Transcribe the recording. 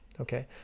okay